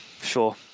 sure